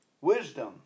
wisdom